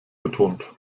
betont